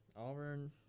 Auburn